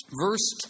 Verse